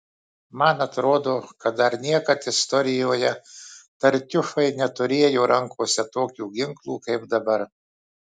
man atrodo dar niekad istorijoje tartiufai neturėjo rankose tokių ginklų kaip dabar